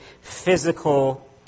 physical